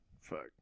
Fuck